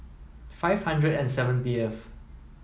five hundred and seventieth